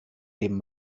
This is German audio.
dem